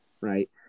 right